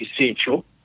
essential